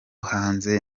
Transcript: hanze